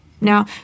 Now